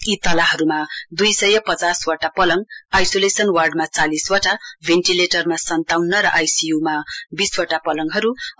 यी तलाहरूमा दुइ सय पचास वटा पलङ आइसोलेसन वार्डमामा चालिस वटा भेन्टिलेटरमा सन्ताउन्न र आइसियु मा वीसवटा पलङहरू छन्